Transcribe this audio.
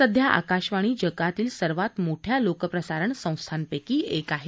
सध्या आकाशवाणी जगातील सर्वात मोठ्या लोक प्रसारण संस्थांपैकी एक आहे